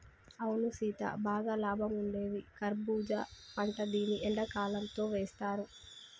అవును సీత బాగా లాభం ఉండేది కర్బూజా పంట దీన్ని ఎండకాలంతో వేస్తారు